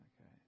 Okay